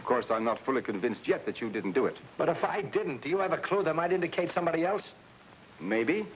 of course i'm not fully convinced yet that you didn't do it but if i didn't do you have a clue that might indicate somebody else maybe